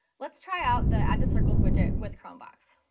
let's try out the add to circles widget with chromevox.